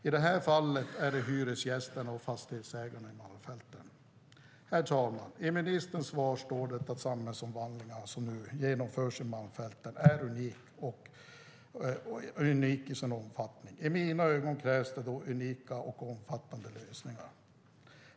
I det här fallet är det hyresgästerna och fastighetsägarna i Malmfälten. Herr talman! I ministerns svar står det att samhällsomvandlingarna som nu genomförs i Malmfälten är unika i sin omfattning. I mina ögon krävs det då unika och omfattande lösningar.